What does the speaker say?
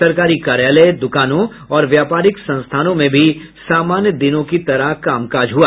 सरकारी कार्यालय दुकानों और व्यापारिक संस्थानों में भी सामान्य दिनों की तरह ही कामकाज हुआ